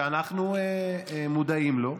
שאנחנו מודעים לו,